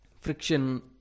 friction